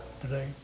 today